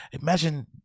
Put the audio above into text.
imagine